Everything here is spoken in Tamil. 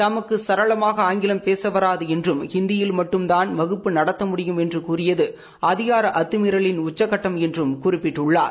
தமக்கு சரளமாக ஆங்கிலம் பேச வராது என்றும் ஹிந்தியில் மட்டும் தான் வகுப்பு நடத்த முடியும் என்று கூறியது அதிகார அத்தமீறலின் உச்சகட்டம் என்றும் குறிப்பிட்டுள்ளார்